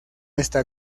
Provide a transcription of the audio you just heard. está